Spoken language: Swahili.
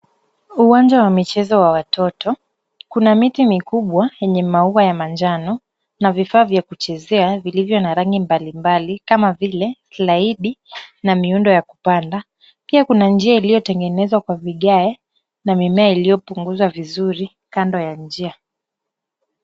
Uwanja wa michezo wa watoto, kuna miti mikubwa yenye maua ya majano na vifaa vya kuchezea vilivyo na rangi mbalimbali kama vile klaidi na miundo ya kupanda, pia kuna njia iliyotengenezwa kwa vigae na mimea iliyopunguzwa vizuri kando ya njia.